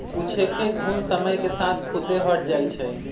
कुछेक घुण समय के साथ खुद्दे हट जाई छई